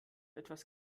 etwas